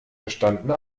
verstandene